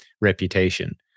reputation